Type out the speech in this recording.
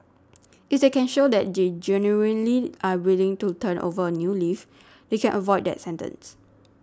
if they can show that they genuinely are willing to turn over a new leaf they can avoid that sentence